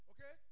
Okay